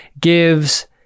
gives